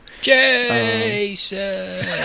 Jason